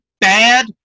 bad